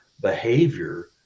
behavior